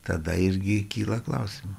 tada irgi kyla klausimų